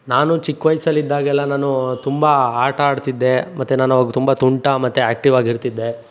ನಾನು ಚಿಕ್ಕ ವಯಸ್ಸಲ್ಲಿದ್ದಾಗೆಲ್ಲ ನಾನು ತುಂಬ ಆಟ ಆಡ್ತಿದ್ದೆ ಮತ್ತು ನಾನವಾಗ ತುಂಬ ತುಂಟ ಮತ್ತು ಆ್ಯಕ್ಟಿವ್ ಆಗಿರ್ತಿದ್ದೆ